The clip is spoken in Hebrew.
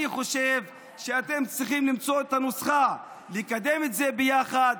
אני חושב שאתם צריכים למצוא את הנוסחה לקדם את זה ביחד.